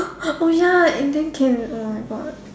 oh ya it didn't came at all oh my God